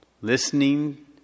listening